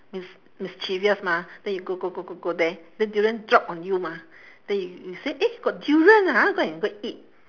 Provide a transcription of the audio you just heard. mis~ mischievous mah then you go go go go there then durian drop on you mah then you say eh got durian ah go and go and eat